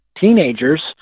teenagers